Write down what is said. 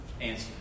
answer